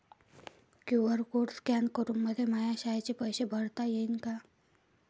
QR code scan करून मले माया शाळेचे पैसे भरता येईन का?